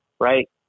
right